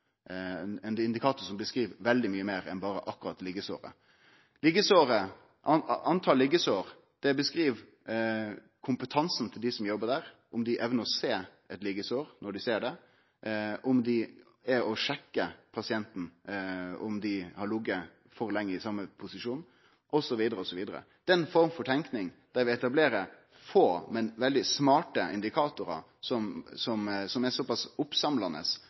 som jobbar der, om dei evnar å sjå eit liggjesår når dei ser det, om dei sjekkar om pasienten har lege for lenge i same posisjonen osv. Den forma for tenking der vi etablerer få, men veldig smarte indikatorar som er såpass oppsamlande